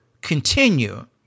continue